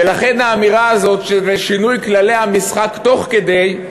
ולכן האמירה הזאת, שזה שינוי כללי המשחק תוך כדי,